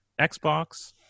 Xbox